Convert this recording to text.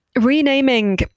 renaming